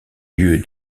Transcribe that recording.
lieu